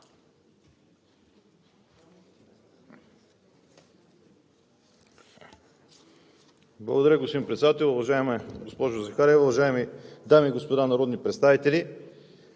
Благодаря, господин Председател. Уважаема госпожо Захариева, уважаеми дами и господа народни представители!